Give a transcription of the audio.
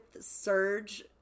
Surge